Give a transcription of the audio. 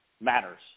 matters